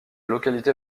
localité